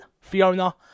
Fiona